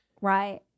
Right